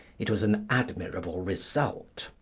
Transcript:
it was an admirable result.